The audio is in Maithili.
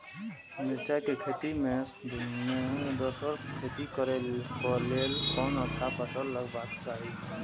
मिरचाई के खेती मे दोसर खेती करे क लेल कोन अच्छा फसल लगवाक चाहिँ?